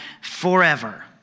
forever